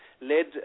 led